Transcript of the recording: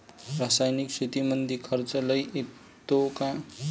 रासायनिक शेतीमंदी खर्च लई येतो का?